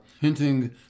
hinting